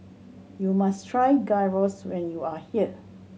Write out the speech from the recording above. you must try Gyros when you are here